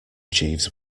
jeeves